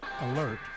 Alert